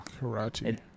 Karachi